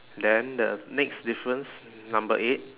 then the next difference number eight